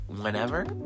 whenever